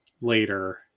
later